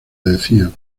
decían